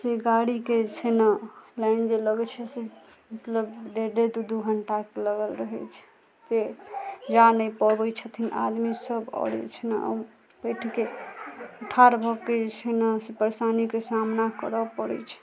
से गाड़ीके जे छै ने लाइन जे लगै छै से मतलब डेढ़ डेढ़ दू घंटाके लगल रहै छै जे जा नहि पबै छथिन आदमी सब और छै नऽ बैठ के उठाड़ भऽ के जे छै नऽ से परेशानी के सामना करऽ पड़ै छै